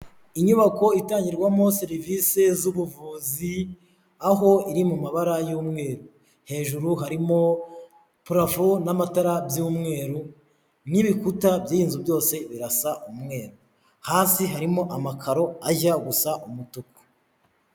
Inyubako itangirwamo serivisi z'ubuvuzi aho iri mu mabara y'umweru, hejuru harimo purafo n'amatara by'umweru n'ibikuta by'inzu byose birasa umweru, hasi harimo amakaro ajya gusa umutuku.